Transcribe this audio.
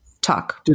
talk